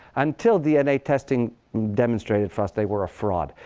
until dna testing demonstrated for us they were a fraud.